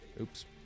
Oops